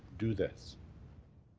do this.